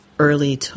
early